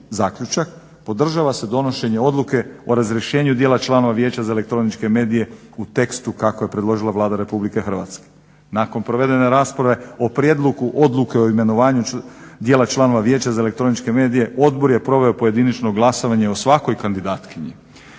zaključak: "Podržava se donošenje odluke o razrješenju dijela članova vijeća za elektroničke medije u tekstu kako je predložila Vlada Rh." Nakon provedene rasprave o prijedlogu odluke o imenovanju dijela članova vijeća za elektroničke medije odbor je proveo pojedinačno glasovanje o svakoj kandidatkinji.